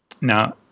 Now